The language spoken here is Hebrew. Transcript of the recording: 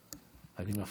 אני לא